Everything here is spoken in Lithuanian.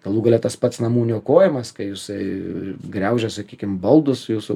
galų gale tas pats namų niokojamas kai jisai griaužia sakykim baldus su jūsų